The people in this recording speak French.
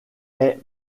est